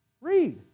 Read